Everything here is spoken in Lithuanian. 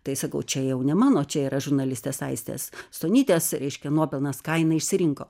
tai sakau čia jau ne mano čia yra žurnalistės aistės stonytės reiškia nuopelnas ką jinai išsirinko